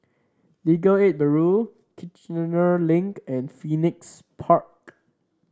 Legal Aid Bureau Kiichener Link and Phoenix Park